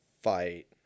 fight